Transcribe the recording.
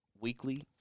weekly